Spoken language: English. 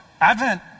Advent